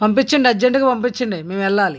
పంపించండి అర్జెంటుగా పంపించండి మేము వెళ్ళాలి